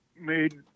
made